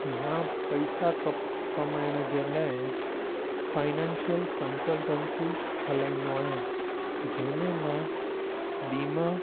मां पैसा कप कमाइण जे लाइ फ़ाइनेंशियल कंसलटंसी हलाईंदो आहियां जंहिं में मां बीमा